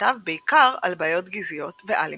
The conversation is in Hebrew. כתב בעיקר על בעיות גזעיות ועל אימפריאליזם.